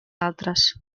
altres